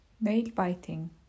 Nail-biting